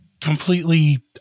completely